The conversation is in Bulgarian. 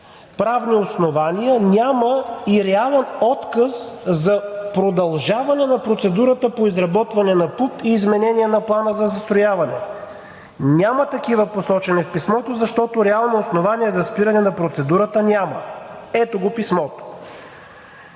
правни основания, няма и реален отказ за продължаване на процедурата по изработване на ПУП и изменение на Плана за застрояване. Няма такива посочени в писмото, защото реално основание за спиране на процедурата няма. Ето го писмото